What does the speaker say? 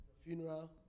funeral